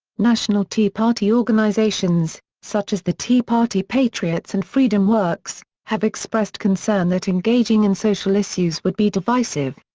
national tea party organizations, such as the tea party patriots and freedomworks, have expressed concern that engaging in social issues would be divisive.